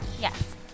Yes